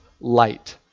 light